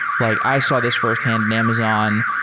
like i saw this fi rst-hand in amazon.